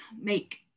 make